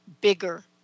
bigger